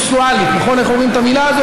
הכנסת איילת נחמיאס ורבין.